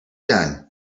done